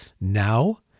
now